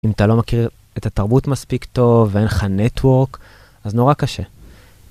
אם אתה לא מכיר את התרבות מספיק טוב ואין לך נטוורק, אז נורא קשה.